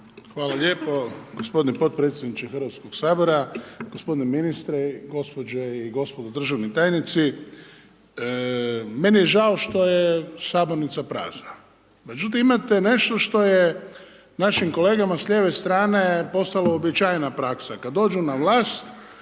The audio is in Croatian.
Hvala lijepo g. potpredsjedniče Hrvatskog sabora. G. ministre, gospođe i gospodo državni tajnici. Meni je žao što je sabornica prazna, međutim, imate nešto što je našim kolegama s lijeve strane postala uobičajena praksa, kada dođu na vlast,